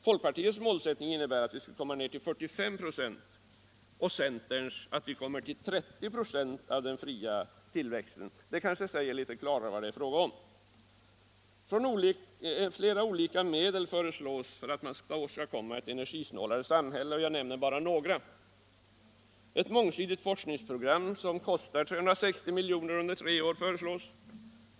Folkpartiets målsättning innebär att vi skall komma ner till 45 96 och centerns att vi kommer ner till 30 96 av denna fria tillväxt. Det kanske säger litet klarare vad det är fråga om. Flera olika medel föreslås för att åstadkomma ett energisnålare samhälle, och jag skall bara nämna några av dem: Ett mångsidigt forskningsprogram som kostar 360 milj.kr. under tre år föreslås.